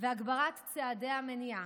והגברת צעדי המניעה: